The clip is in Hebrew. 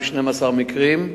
12 מקרים.